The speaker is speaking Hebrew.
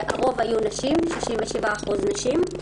הרוב היו נשים, 67% נשים.